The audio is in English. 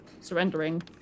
surrendering